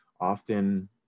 often